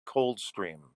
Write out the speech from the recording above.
coldstream